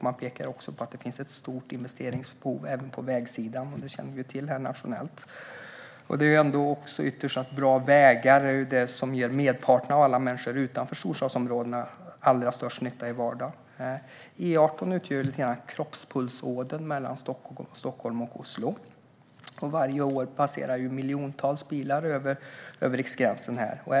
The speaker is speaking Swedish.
Man pekar också på att det finns ett stort investeringsbehov även på vägsidan, vilket vi känner till nationellt. Ytterst är det bra vägar som ger merparten av alla människor utanför storstadsområdena allra störst nytta i vardagen. Varje år passerar miljoner bilar över riksgränsen på den.